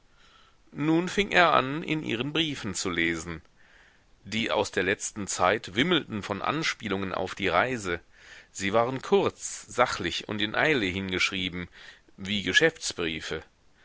nun fing er an in ihren briefen zu lesen die aus der letzten zeit wimmelten von anspielungen auf die reise sie waren kurz sachlich und in eile hingeschrieben wie geschäftsbriefe